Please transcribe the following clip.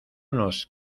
nos